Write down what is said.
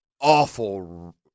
awful